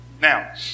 Now